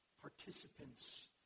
participants